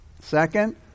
Second